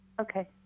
okay